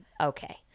Okay